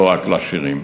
ולא רק לעשירים.